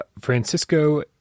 Francisco